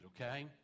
okay